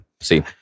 See